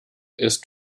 ist